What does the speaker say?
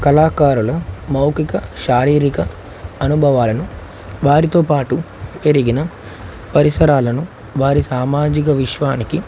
కళాకారుల మౌఖిక శారీరిక అనుభవాలను వారితో పాటు పెరిగిన పరిసరాలను వారి సామాజిక విశ్వానికి